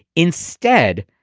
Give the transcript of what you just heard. instead,